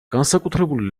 განსაკუთრებული